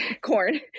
corn